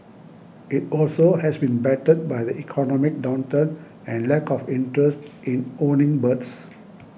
it also has been battered by the economic downturn and lack of interest in owning birds